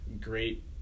great